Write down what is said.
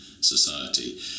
society